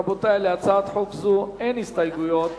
רבותי, להצעת חוק זו אין הסתייגויות.